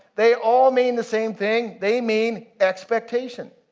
they all mean the same thing. they mean expectation.